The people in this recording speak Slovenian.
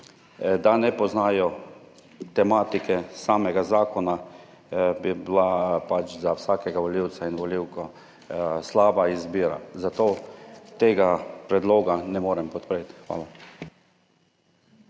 da ne poznajo tematike samega zakona, bi bila pač za vsakega volivca in volivko slaba izbira. Zato tega predloga ne morem podpreti. Hvala.